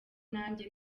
nanjye